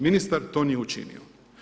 Ministar to nije učinio.